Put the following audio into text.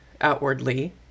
outwardly